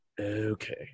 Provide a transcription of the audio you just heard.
okay